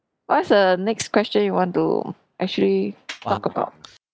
what's err next question you want to actually talk about